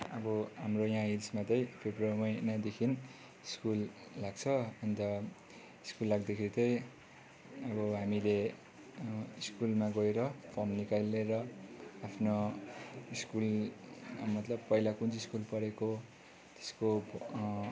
अब हाम्रो यहाँ हिल्समा त्यही फेब्रुअरी महिनादेखि स्कुल लाग्छ अन्त स्कुल लाग्दाखेरि चाहिँ अब हामीले स्कुलमा गएर फर्म निकालेर आफ्नो स्कुल मतलब पहिला कुन चाहिँ स्कुल पढेको त्यसको